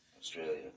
Australia